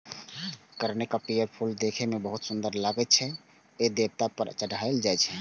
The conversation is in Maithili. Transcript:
कनेरक पीयर फूल देखै मे बहुत सुंदर लागै छै आ ई देवता पर चढ़ायलो जाइ छै